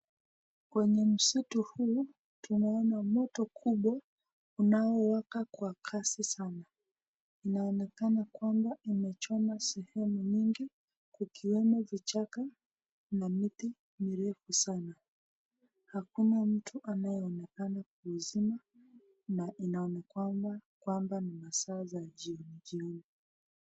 Kwenye msitu huu tunaona moto kubwa unaowaka kwa kasi sana inaonekana kwamba imechoma sehemu mingi ikiwemo vichaka na miti mirefu sana. Hakuna mtu anayeonekana kuuzima na inaonekana kwamba ni masaa za jioni.